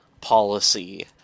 policy